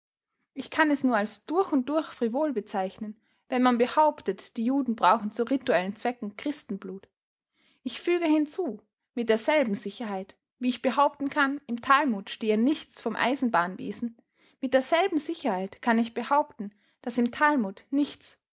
ich kann es nur als durch und durch frivol bezeichnen wenn man behauptet die juden brauchen zu rituellen zwecken christenblut ich füge hinzu mit derselben sicherheit wie ich behaupten kann im talmud steht nichts vom eisenbahnwesen mit derselben sicherheit kann ich behaupten daß im talmud nichts